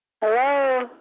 Hello